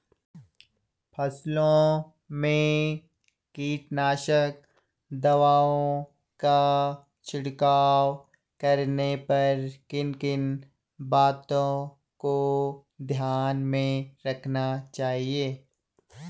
फसलों में कीटनाशक दवाओं का छिड़काव करने पर किन किन बातों को ध्यान में रखना चाहिए?